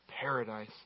paradise